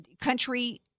country